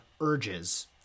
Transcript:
urges